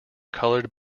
colored